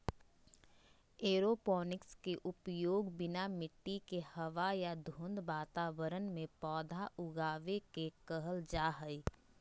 aeroponics के उपयोग बिना मिट्टी के हवा या धुंध वातावरण में पौधा उगाबे के कहल जा हइ